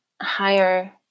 higher